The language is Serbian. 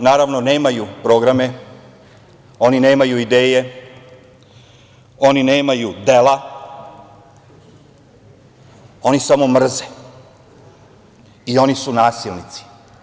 Oni, naravno, nemaju programe, oni nemaju ideje, oni nemaju dela, oni samo mrze i oni su nasilnici.